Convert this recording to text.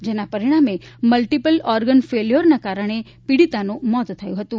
જેના પરિણામે multiple organ ફેલ્યોરના કારણે પીડીતાનું મોત થયું હતું